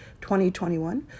2021